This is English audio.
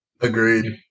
Agreed